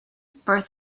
birth